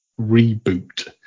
reboot